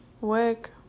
work